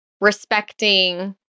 respecting